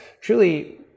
truly